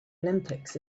olympics